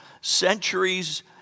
centuries